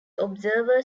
observer